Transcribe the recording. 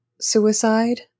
suicide